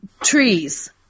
trees